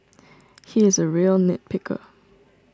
he is a real nit picker